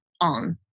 on